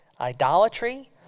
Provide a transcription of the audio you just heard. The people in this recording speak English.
idolatry